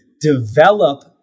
develop